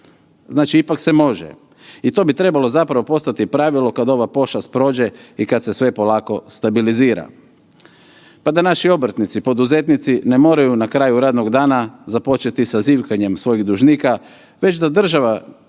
Znači ipak se može i to bi trebalo zapravo postati pravilo kad ova pošast prođe i kad se sve polako stabilizira. Pa da naši obrtnici, poduzetnici ne moraju na kraju radnog dana započeti sa zivkanjem svojih dužnika, već da država